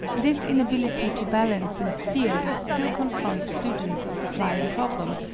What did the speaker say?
this inability to balance and steer still confronts students of the flying problem,